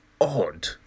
odd